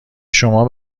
شما